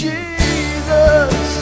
Jesus